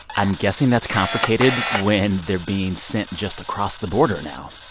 i'm guessing that's complicated when they're being sent just across the border now.